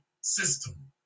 system